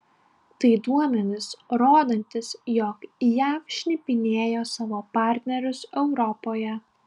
tai duomenys rodantys jog jav šnipinėjo savo partnerius europoje